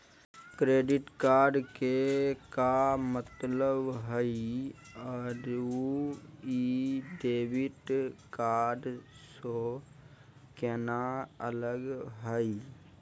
Credit card के का मतलब हई अरू ई डेबिट कार्ड स केना अलग हई?